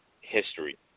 history